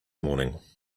morning